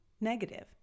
negative